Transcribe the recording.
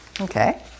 okay